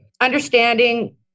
understanding